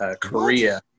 Korea